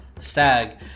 stag